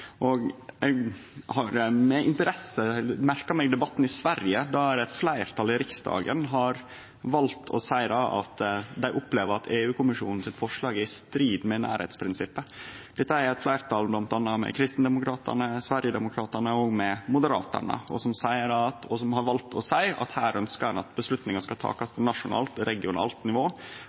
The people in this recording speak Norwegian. forslag. Eg har med interesse merka meg debatten i Sverige, der eit fleirtal i Riksdagen har valt å seie at dei opplever at forslaget frå EU-kommisjonen er i strid med nærleiksprinsippet. Dette er eit fleirtal med bl.a. Kristdemokraterna, Sverigedemokraterna og Moderaterna, som har valt å seie at her ønskjer ein at avgjerder skal takast på nasjonalt og regionalt nivå